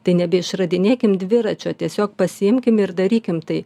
tai neišradinėkim dviračio tiesiog pasiimkim ir darykim tai